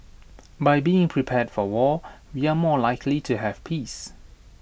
by being prepared for war we are more likely to have peace